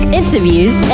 interviews